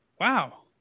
wow